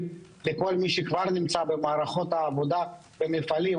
לכל מי שכבר נמצא במערכות העבודה במפעלים.